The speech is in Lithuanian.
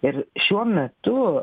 ir šiuo metu